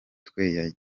twe